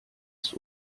ist